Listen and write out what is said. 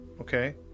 Okay